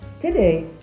Today